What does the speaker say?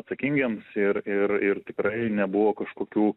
atsakingiems ir ir ir tikrai nebuvo kažkokių